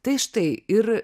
tai štai ir